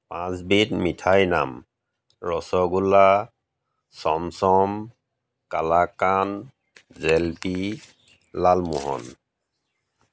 পাঁচবিধ মিঠাইৰ নাম ৰসগোল্লা চমচম কালাকান্দ জিলাপি লালমোহন